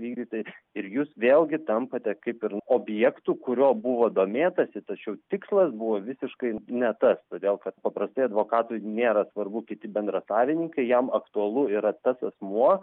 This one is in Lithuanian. vykdyti ir jūs vėlgi tampate kaip ir objektu kuriuo buvo domėtasi tačiau tikslas buvo visiškai ne tas todėl kad paprastai advokatui nėra svarbu kiti bendrasavininkai jam aktualu yra tas asmuo